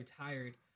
tired